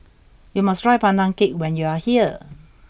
you must try pandan cake when you are here